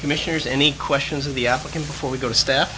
commissioners any questions of the applicant before we go to staff